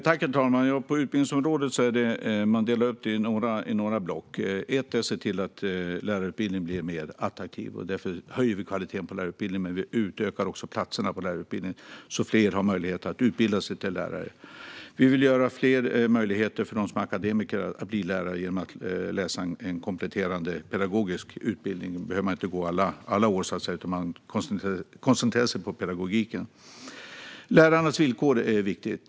Herr talman! På utbildningsområdet kan vi dela upp det i några block. Ett är att se till att lärarutbildningen blir mer attraktiv. Därför höjer vi kvaliteten på lärarutbildningen, men vi utökar också platserna så att fler har möjlighet att utbilda sig till lärare. Vi vill skapa fler möjligheter för akademiker att bli lärare genom att läsa en kompletterande pedagogisk utbildning. Då behöver man inte gå alla år, så att säga, utan kan koncentrera sig på pedagogiken. Lärarnas villkor är viktiga.